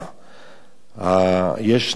יש נציג של משרד החוץ,